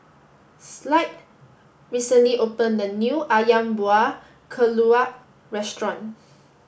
Clide recently opened a new Ayam Buah Keluak Restaurant